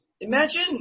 imagine